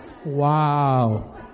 Wow